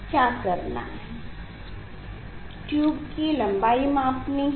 क्या करना है ट्यूब की लम्बाई मापनी है